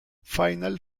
final